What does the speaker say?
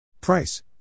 Price